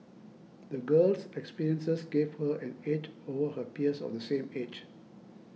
the girl's experiences gave her an edge over her peers of the same age